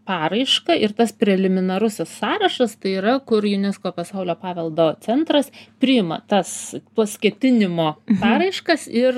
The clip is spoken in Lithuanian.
paraišką ir tas preliminarusis sąrašas tai yra kur unesco pasaulio paveldo centras priima tas tuos ketinimo paraiškas ir